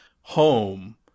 home